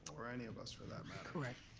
or any of us for that matter. correct.